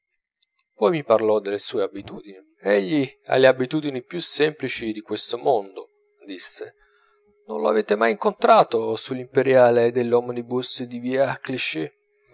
poi mi parlò delle sue abitudini egli ha le abitudini più semplici di questo mondo disse non lo avete mai incontrato sull'imperiale dell'omnibus di via